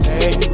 Hey